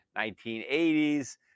1980s